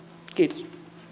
kiitos